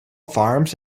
farms